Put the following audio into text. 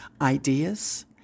ideas